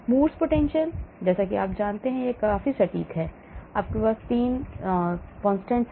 Morse potential यदि आप जाते हैं तो यह भी काफी सटीक है कि आपके पास 3 स्थिरांक हैं